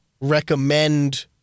recommend